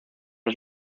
los